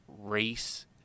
race